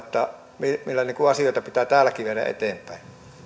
millä asioita pitää täälläkin viedä eteenpäin